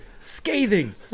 scathing